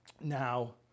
now